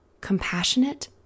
compassionate